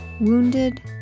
Wounded